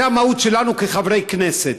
זה המהות שלנו כחברי כנסת.